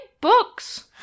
books